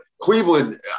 Cleveland